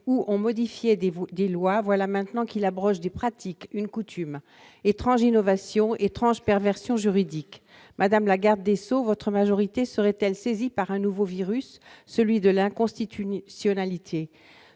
ou on modifiait des lois ; voilà maintenant qu'on abroge des pratiques, une coutume ! Étrange innovation, étrange perversion juridique ... Madame la garde des sceaux, votre majorité serait-elle saisie par un nouveau virus, celui de l'inconstitutionnalité ?